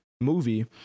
movie